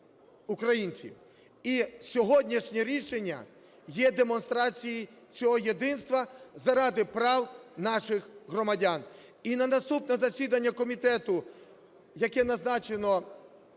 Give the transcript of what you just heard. українців. І сьогоднішнє рішення є демонстрацією цього единства заради прав наших громадян. І на наступне засідання комітету, яке назначено